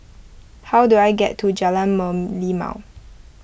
how do I get to Jalan Merlimau